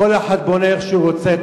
כל אחד בונה איך שהוא רוצה.